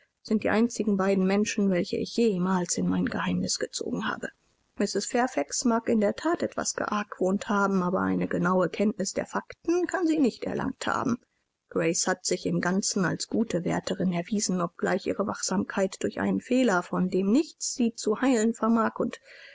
sind die einzigen beiden menschen welche ich jemals in mein geheimnis gezogen habe mrs fairfax mag in der that etwas geargwohnt haben aber eine genaue kenntnis der fakten kann sie nicht erlangt haben grace hat sich im ganzen als gute wärterin erwiesen obgleich ihre wachsamkeit durch einen fehler von dem nichts sie zu heilen vermag und